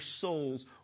souls